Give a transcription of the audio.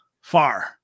far